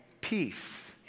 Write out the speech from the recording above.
peace